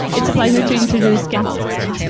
it's a pleasure to introduce ken singer.